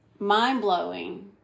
Mind-blowing